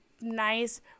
nice